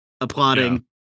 applauding